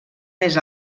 més